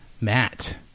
Matt